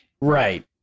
Right